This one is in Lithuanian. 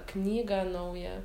knygą naują